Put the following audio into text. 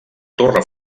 torre